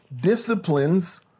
disciplines